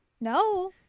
no